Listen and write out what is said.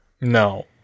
No